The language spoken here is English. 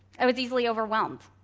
i was easily overwhelmed.